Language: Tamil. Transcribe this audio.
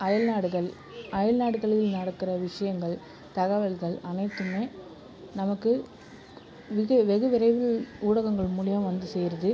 அயல்நாடுகள் அயல்நாடுகளில் நடக்கிற விஷயங்கள் தகவல்கள் அனைத்துமே நமக்கு விகு வெகு விரைவில் ஊடகள்கள் மூலியம் வந்து சேருது